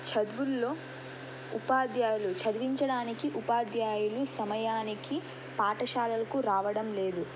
చదువుల్లో ఉపాధ్యాయులు చదివించడానికి ఉపాధ్యాయులు సమయానికి పాఠశాలకు రావడం లేదు